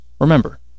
Remember